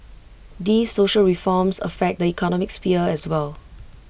these social reforms affect the economic sphere as well